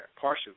partially